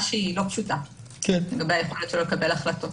שאינה פשוטה לגבי היכולת שלו לקבל החלטות.